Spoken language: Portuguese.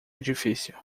difícil